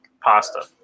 pasta